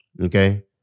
Okay